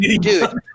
Dude